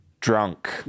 drunk